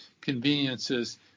conveniences